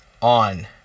on